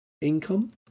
income